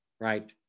right